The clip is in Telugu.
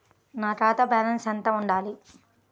నా ఖాతా బ్యాలెన్స్ ఎంత ఉండాలి?